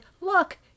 look